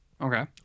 Okay